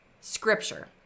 Scripture